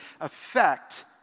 affect